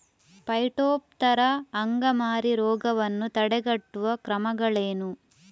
Phytophthora ಅಂಗಮಾರಿ ರೋಗವನ್ನು ತಡೆಗಟ್ಟುವ ಕ್ರಮಗಳೇನು?